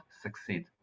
succeed